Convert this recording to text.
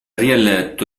rieletto